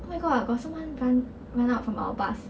oh my god got someone run run out from our bus